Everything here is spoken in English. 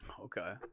Okay